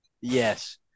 Yes